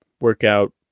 workout